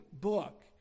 Book